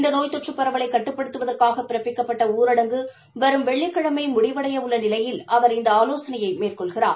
இந்த நோய் தொற்று பரவலை கட்டுப்படுத்துவற்காக பிறப்பிக்கப்ப்ட்ட ஊரடங்கு வரும் வெள்ளிக்கிழமை முடிவடையவுள்ள நிலையில் அவர் இந்த ஆலோசனையை மேற்கொள்கிறார்